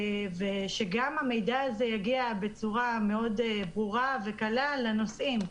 ושהמידע הזה יגיע בצורה מאוד ברורה וקלה לנוסעים.